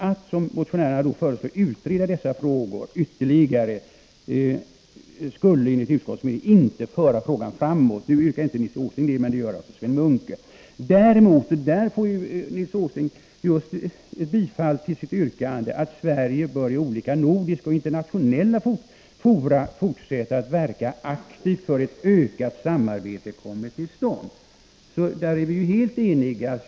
”Att såsom motionärerna föreslår låta utreda dessa frågor ytterligare skulle enligt utskottets mening inte kunna föra dem framåt.” Nu yrkar inte Nils Åsling det, men det gör Sven Munke. Däremot tillstyrker utskottet Nils Åslings yrkande att Sverige i alla nordiska och internationella fora bör fortsätta att verka aktivt för att ett ökat samarbete kommer till stånd. Där är vi helt eniga.